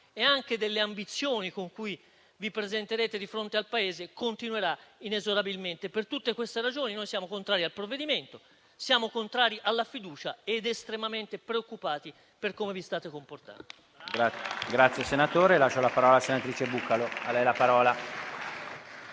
e delle ambizioni con cui vi presenterete di fronte al Paese continuerà inesorabilmente. Per tutte queste ragioni siamo contrari al provvedimento, contrari alla fiducia ed estremamente preoccupati per come vi state comportando.